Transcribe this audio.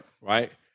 right